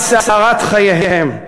אבל סערת חייהם,